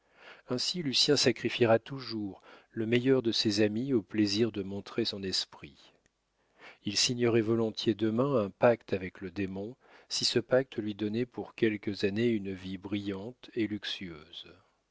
ainsi lucien sacrifiera toujours le meilleur de ses amis au plaisir de montrer son esprit il signerait volontiers demain un pacte avec le démon si ce pacte lui donnait pour quelques années une vie brillante et luxueuse